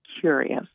curious